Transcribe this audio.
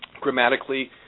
grammatically